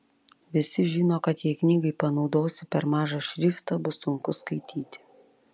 visi žino kad jei knygai panaudosi per mažą šriftą bus sunku skaityti